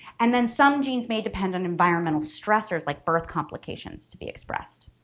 and then some genes may depend on environmental stressors like birth complications to be expressed.